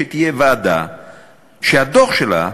שתהיה ועדה שהדוח שלה,